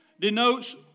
denotes